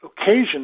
occasion